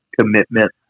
commitment